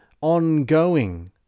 ongoing